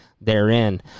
therein